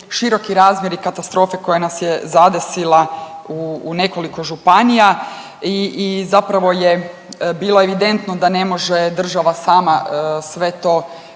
široki razmjeri katastrofe koja nas je zadesila u, u nekoliko županija i, i zapravo je bilo evidentno da ne može država sama sve to